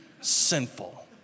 Sinful